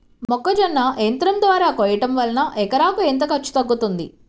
మొక్కజొన్న యంత్రం ద్వారా కోయటం వలన ఎకరాకు ఎంత ఖర్చు తగ్గుతుంది?